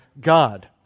God